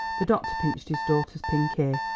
the doctor pinched his daughter's pink ear.